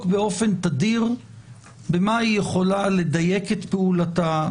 באופן תדיר במה היא יכולה לדייק את פעולתה,